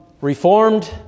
Reformed